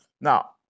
Now